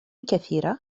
كثيرة